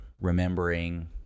remembering